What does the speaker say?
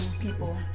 people